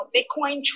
Bitcoin